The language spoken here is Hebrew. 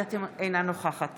אינה נוכחת